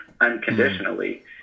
unconditionally